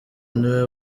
niwe